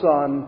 Son